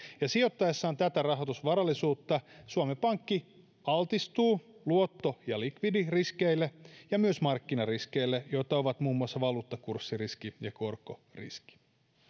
ja sijoittaessaan tätä rahoitusvarallisuutta suomen pankki altistuu luotto ja likviditeettiriskeille ja myös markkinariskeille joita ovat muun muassa valuuttakurssiriski ja korkoriski